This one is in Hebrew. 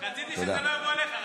רצית שזה לא יבוא אליך.